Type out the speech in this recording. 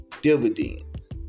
dividends